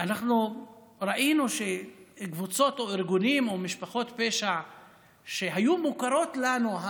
קבוצות או ארגונים או משפחות פשע שהיו מוכרות לנו,